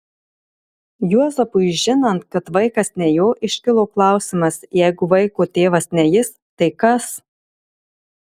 juozapui žinant kad vaikas ne jo iškilo klausimas jeigu vaiko tėvas ne jis tai kas